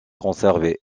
conservé